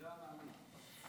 אשרי המאמין.